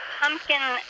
Pumpkin